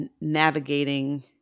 navigating